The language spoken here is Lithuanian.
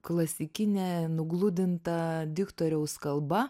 klasikinė nugludinta diktoriaus kalba